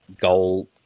goal